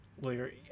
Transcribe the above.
lawyer